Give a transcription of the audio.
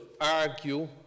argue